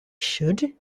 should